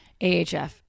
AHF